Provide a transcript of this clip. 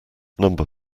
number